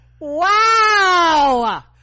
wow